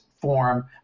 form